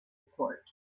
port